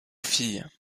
filles